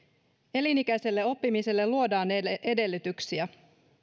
elinikäiselle oppimiselle luodaan edellytyksiä